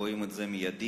רואים את זה מייד.